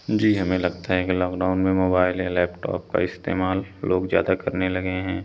जी हमें लगता है कि लॉकडाउन में मोबाइल या लैपटॉप का इस्तेमाल लोग ज़्यादा करने लगे हैं